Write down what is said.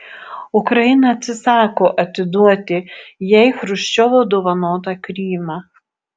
ukraina atsisako atiduoti jai chruščiovo dovanotą krymą